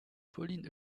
pauline